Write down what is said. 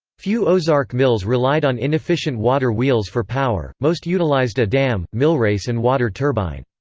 few ozark mills relied on inefficient water wheels for power most utilized a dam, millrace and water turbine.